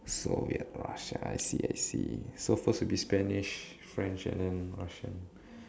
so weird lah I see I see so first would be Spanish French and then Russian